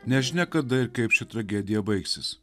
nežinia kada ir kaip ši tragedija baigsis